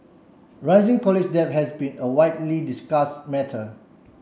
rising college debt has been a widely discuss matter